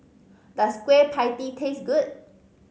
does Kueh Pie Tee taste good